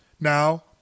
Now